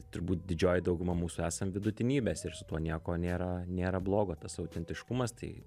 turbūt didžioji dauguma mūsų esam vidutinybės ir su tuo nieko nėra nėra blogo tas autentiškumas tai